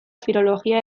filologia